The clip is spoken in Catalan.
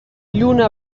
lluna